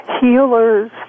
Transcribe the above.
healers